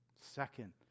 Second